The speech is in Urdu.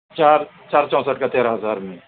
چار چار چونسٹھ کا تیرہ ہزار میں